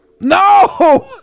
no